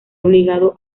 obligado